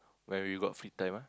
when we got free time ah